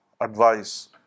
advice